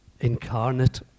incarnate